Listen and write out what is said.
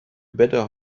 better